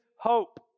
hope